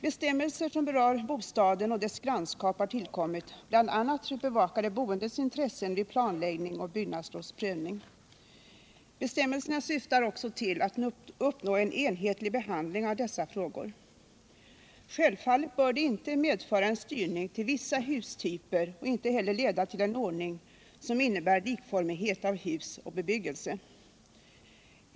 Bestämmelser som berör bostaden och dess grannskap har tillkommit bl.a. för att bevaka de boendes intressen vid planläggning och byggnadslovsprövning. Bestämmelserna syftar också till att uppnå en enhetlig behandling av dessa frågor. Självfallet bör de inte medföra en styrning till vissa hustyper och inte heller leda till en ordning som innebär likformighet beträffande hus och bebyggelse.